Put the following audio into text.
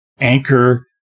anchor